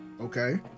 Okay